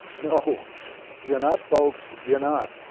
no. you're not folks. you're not.